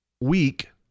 week